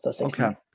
Okay